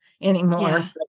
anymore